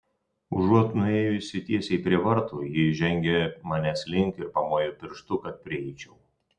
užuot nuėjusi tiesiai prie vartų ji žengė manęs link ir pamojo pirštu kad prieičiau